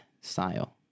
style